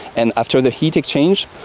and after the heat exchange,